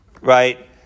right